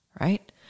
right